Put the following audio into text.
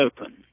open